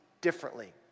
differently